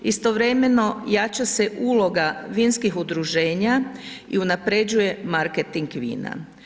Istovremeno jača se uloga vinskih udruženja i unapređuje marketing vina.